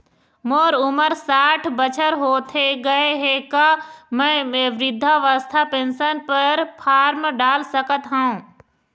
मोर उमर साठ बछर होथे गए हे का म वृद्धावस्था पेंशन पर फार्म डाल सकत हंव?